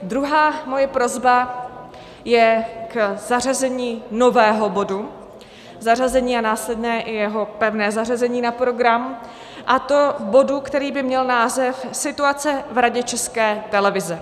Druhá moje prosba je k zařazení nového bodu, zařazení a následné i jeho pevné zařazení na program, a to bodu, který by měl název Situace v Radě České televize.